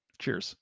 Cheers